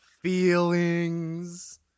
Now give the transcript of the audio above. feelings